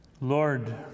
Lord